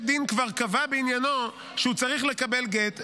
דין כבר קבע בעניינו שהוא צריך לקבל גט,